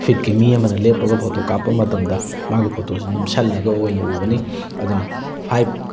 ꯐꯤꯠꯀꯤ ꯃꯤ ꯑꯃꯅ ꯂꯩꯞꯄꯒ ꯐꯣꯇꯣ ꯀꯥꯞꯄ ꯃꯇꯝꯗ ꯃꯥꯒꯤ ꯐꯣꯇꯣꯁꯤ ꯅꯝꯁꯜꯂꯒ ꯑꯣꯏꯅ ꯎꯒꯅꯤ ꯑꯗꯨꯅ ꯐꯥꯏꯚ